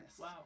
Wow